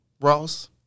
Ross